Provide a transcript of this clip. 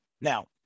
Now